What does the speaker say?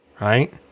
Right